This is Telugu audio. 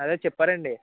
అదే చెప్పారండి